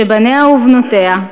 שבניה ובנותיה,